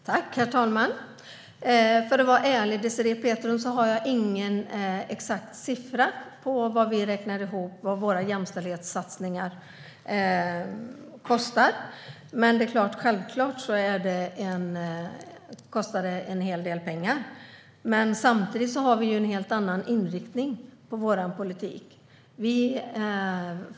Herr talman! För att vara ärlig, Désirée Pethrus, har jag ingen exakt siffra på vad våra totala jämställdhetssatsningar kostar. Men självklart kostar de en hel del pengar. Samtidigt har vi en helt annan inriktning på vår politik.